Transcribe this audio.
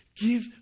Give